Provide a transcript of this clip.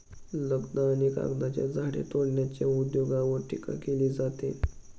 लगदा आणि कागदाच्या झाडे तोडण्याच्या उद्योगावर टीका केली जाते